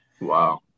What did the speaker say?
Wow